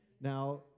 now